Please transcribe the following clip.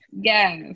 yes